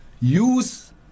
Use